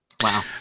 Wow